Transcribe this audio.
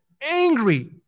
angry